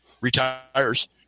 retires